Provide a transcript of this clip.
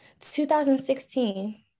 2016